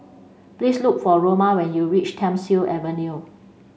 please look for Roma when you reach Thiam Siew Avenue